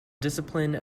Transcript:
discipline